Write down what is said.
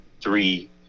three